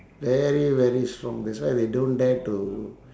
very very strong that's why they don't dare to